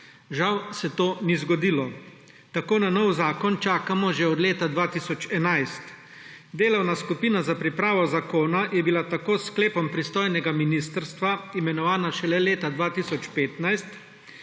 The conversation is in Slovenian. Žal se to ni zgodilo. Tako na novi zakon čakamo že od leta 2011. Delovna skupina za pripravo zakona je bila tako s sklepom pristojnega ministrstva imenovana šele leta 2015,